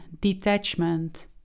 detachment